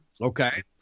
Okay